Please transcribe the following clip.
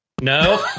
no